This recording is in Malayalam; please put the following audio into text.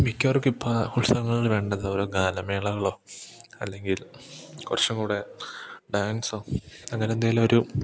മിക്കവർക്കിപ്പം ഉത്സവങ്ങളിൽ വേണ്ടതോരോ ഗാനമേളകളോ അല്ലെങ്കിൽ കുറച്ചും കൂടി ഡാൻസോ അങ്ങനെ എന്തെങ്കിലൊരു